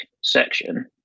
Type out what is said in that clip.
section